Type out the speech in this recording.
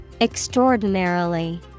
Extraordinarily